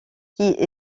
qui